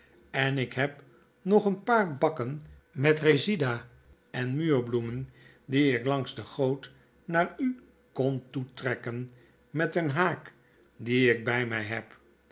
en ik heb nog een paar bakken met resida en muurbloemen die ik langs de goot naar u kon toetrekken met een haak dien ik bij my heb